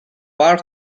far